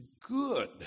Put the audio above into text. good